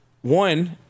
One